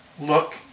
look